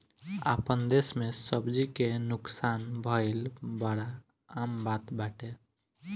आपन देस में सब्जी के नुकसान भइल बड़ा आम बात बाटे